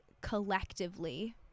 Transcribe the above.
collectively